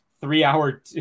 three-hour